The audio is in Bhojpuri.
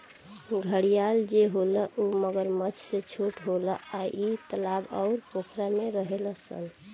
घड़ियाल जे होला उ मगरमच्छ से छोट होला आ इ तालाब अउर पोखरा में रहेले सन